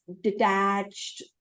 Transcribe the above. detached